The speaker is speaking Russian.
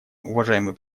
уважаемый